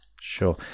Sure